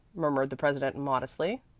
murmured the president modestly.